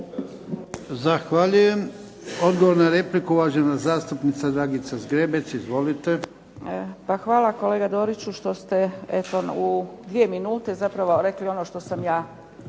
Zahvaljujem. Odgovor na repliku, uvažena zastupnica Dragica Zgrebec. Izvolite. **Zgrebec, Dragica (SDP)** Pa hvala kolega Doriću što ste eto u dvije minute zapravo rekli ono što sam ja